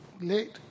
late